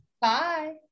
Bye